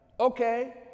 Okay